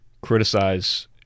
criticize